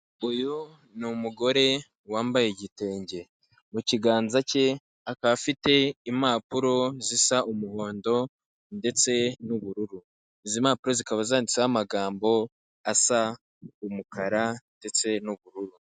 Uyu ni umugore wambaye igitenge, mu kiganza cye akaba afite impapuro zisa umuhondo ndetse n'ubururu. Izi mpapuro zikaba zanditseho amagambo asa umukara ndetse n'ubururu.